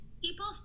people